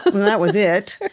and that was it.